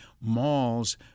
malls